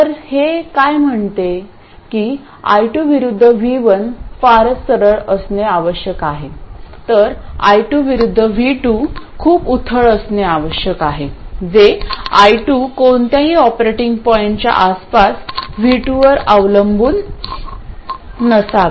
तर हे काय म्हणते की I2 विरुद्ध V1 फारच सरळ असणे आवश्यक आहे तर I2 विरुद्ध V2 खूप उथळ असणे आवश्यक आहे जे I2 कोणत्याही ऑपरेटिंग पॉईंटच्या आसपास V2 वर अवलंबून नसावे